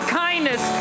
kindness